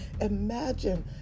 Imagine